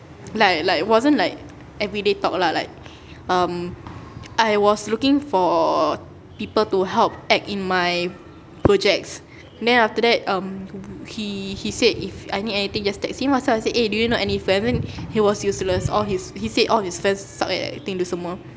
like like it wasn't like everyday talk lah like um I was looking for people to help act in my projects then after that um he he said if I need anything just text him ah so I said eh do you know any friend then he was useless all his he said all his friends suck at acting tu semua